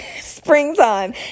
springtime